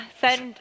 Send